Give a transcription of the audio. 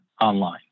online